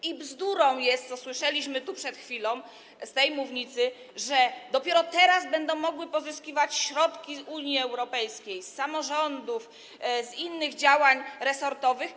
I bzdurą jest to, co słyszeliśmy przed chwilą z tej mównicy, że dopiero teraz będą mogły pozyskiwać środki z Unii Europejskiej, z samorządów, z innych działań resortowych.